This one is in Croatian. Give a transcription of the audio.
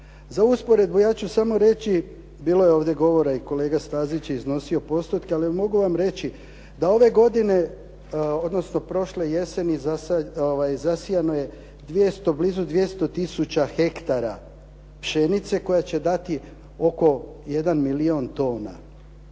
Za usporedbu ja ću samo reći, bilo je ovdje govora i kolega Stazić je iznosio postotke, ali mogu vam reći, da ove godine, odnosno prošle jeseni zasijano je blizu 200 tisuća hektara pšenice koja će dati oko 1 milijun tona